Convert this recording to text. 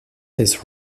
his